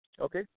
Okay